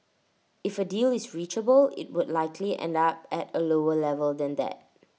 if A deal is reachable IT would likely end up at A lower level than that